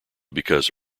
because